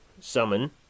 summon